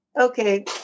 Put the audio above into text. okay